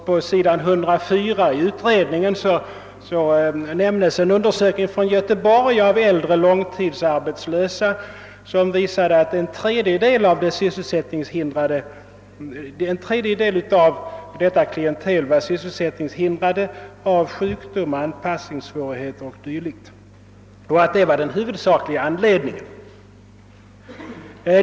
På sidan 105 i betänkandet nämnes en un dersökning från Göteborg av äldre långtidsarbetslösa, vilken visade att en tredjedel av detta klientel var sysselsättningshindrad av sjukdom, anpassningssvårigheter o. d. och att detta var den huvudsakliga anledningen.